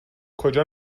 کجا